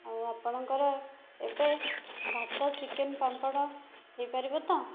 ଆଉ ଆପଣଙ୍କର ଏବେ ଭାତ ଚିକେନ ପାମ୍ପଡ଼ ହୋଇପାରିବ ତ